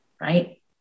right